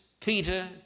Peter